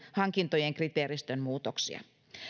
hankintojen kriteeristön muutoksia